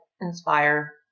inspire